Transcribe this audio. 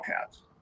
cats